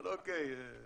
לא, היו ספוילרים בהתחלה.